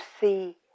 see